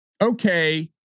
okay